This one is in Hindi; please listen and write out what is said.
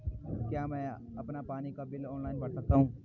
क्या मैं अपना पानी का बिल ऑनलाइन भर सकता हूँ?